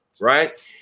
Right